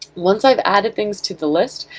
once i've added things to the list,